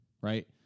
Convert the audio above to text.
right